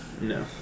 No